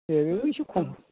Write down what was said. ए बेबो एसे खम